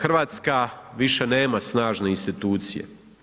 Hrvatska više nema snažne institucije.